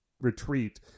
retreat